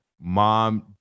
mom